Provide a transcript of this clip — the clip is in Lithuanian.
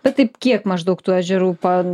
bet taip kiek maždaug tų ežerų pa